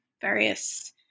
various